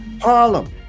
Harlem